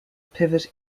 pivot